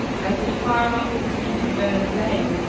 i would far rather continue to bear the blame.